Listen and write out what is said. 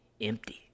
empty